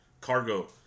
Cargo